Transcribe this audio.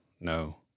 no